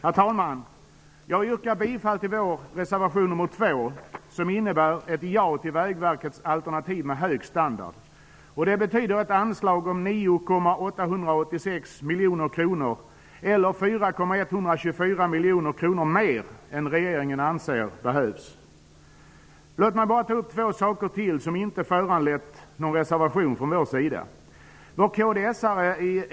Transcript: Herr talman! Jag yrkar bifall till vår reservation 2, som innebär ett ja till Vägverkets alternativ med hög standard. Det betyder ett anslag om 9 886 miljoner kronor eller 4 124 miljoner kronor mer än regeringen anser behövs. Låt mig ta upp två saker till, som inte föranlett någon reservation från vår sida.